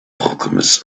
alchemist